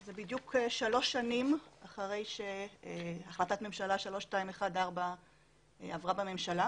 בדיוק שלוש שנים אחרי החלטת ממשלה 3214 עברה בממשלה